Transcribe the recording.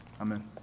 Amen